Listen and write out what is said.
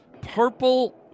purple